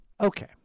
Okay